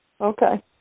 Okay